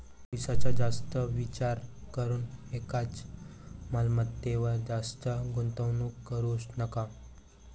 भविष्याचा जास्त विचार करून एकाच मालमत्तेवर जास्त गुंतवणूक करू नका